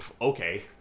Okay